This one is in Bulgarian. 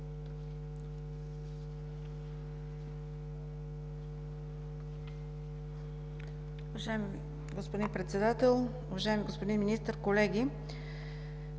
Уважаеми господин Председател, уважаеми господин Министър, колеги!